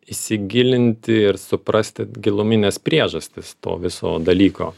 įsigilinti ir suprasti gilumines priežastis to viso dalyko